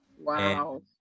Wow